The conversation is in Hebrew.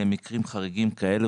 למקרים חריגים כאלה,